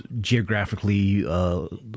Geographically